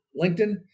LinkedIn